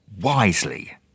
wisely